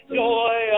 joy